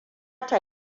ta